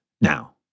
now